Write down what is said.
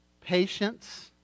patience